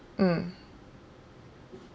mm